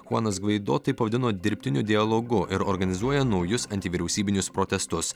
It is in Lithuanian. chuanas gvaido tai pavadino dirbtiniu dialogu ir organizuoja naujus antivyriausybinius protestus